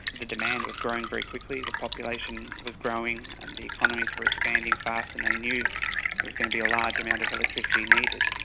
the demand was growing very quickly, the population was growing and the economies were expanding faster than they knew. there was going to be a large amount of electricity needed.